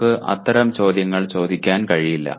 നമുക്ക് അത്തരം ചോദ്യങ്ങൾ ചോദിക്കാൻ കഴിയില്ല